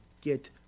get